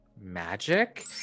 magic